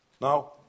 Now